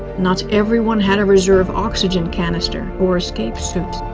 not everyone had a reserve oxygen canister or escape suit.